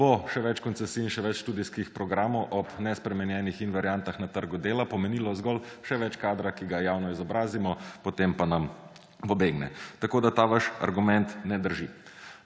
celo še več koncesij in še več študijskih programov ob nespremenjenih invariantah na trgu dela pomenilo zgolj še več kadra, ki ga javno izobrazimo, potem pa nam pobegne. Ta vaš argument ne drži.